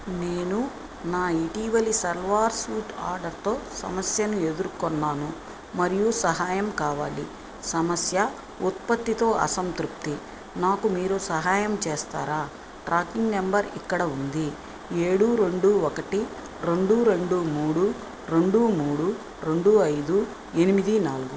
నేను నా ఇటీవలి సల్వార్ సూట్ ఆర్డర్తో సమస్యను ఎదుర్కొన్నాను మరియు సహాయం కావాలి సమస్య ఉత్పత్తితో అసంతృప్తి నాకు మీరు సహాయం చేస్తారా ట్రాకింగ్ నెంబర్ ఇక్కడ ఉంది ఏడు రెండు ఒకటి రెండు రెండు మూడు రెండు మూడు రెండు ఐదు ఎనిమిది నాలుగు